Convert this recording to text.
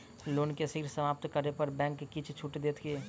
loan केँ शीघ्र समाप्त करै पर बैंक किछ छुट देत की